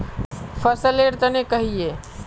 फसल लेर तने कहिए?